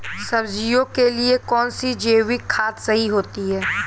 सब्जियों के लिए कौन सी जैविक खाद सही होती है?